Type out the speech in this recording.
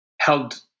held